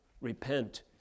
repent